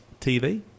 TV